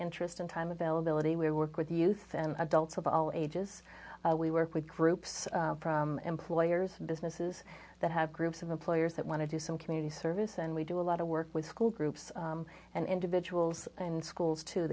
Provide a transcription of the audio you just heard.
interest and time availability we work with youth and adults of all ages we work with groups from employers businesses that have groups of employers that want to do some community service and we do a lot of work with school groups and individuals in schools to